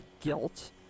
guilt